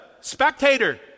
spectator